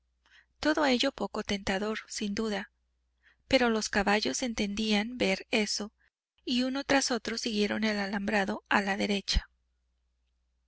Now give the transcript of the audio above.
todo ello poco tentador sin duda pero los caballos entendían ver eso y uno tras otro siguieron el alambrado a la derecha